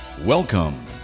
Welcome